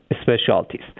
specialties